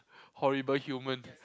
horrible human